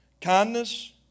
kindness